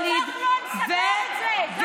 כחלון סגר את זה, כחלון סגר.